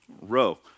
Row